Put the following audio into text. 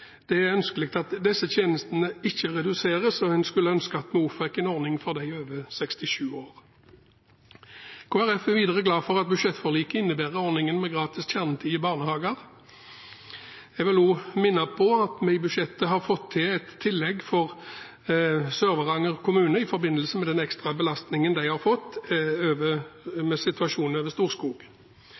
Det er ønskelig at disse tjenestene ikke reduseres, og en skulle ønske at vi også fikk en ordning for dem over 67 år. Kristelig Folkeparti er videre glad for at budsjettforliket innebærer en ordning med gratis kjernetid i barnehager. Jeg vil også minne om at vi i budsjettet har fått til et tillegg for Sør-Varanger kommune i forbindelse med den ekstrabelastningen de har fått med situasjonen over Storskog.